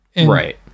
right